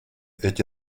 эти